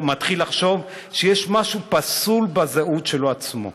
מתחיל לחשוב שיש משהו פסול בזהות שלו עצמו,